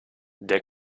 der